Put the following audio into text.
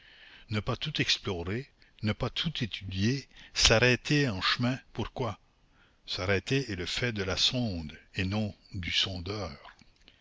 ne pas tout explorer ne pas tout étudier s'arrêter en chemin pourquoi s'arrêter est le fait de la sonde et non du sondeur